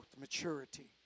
maturity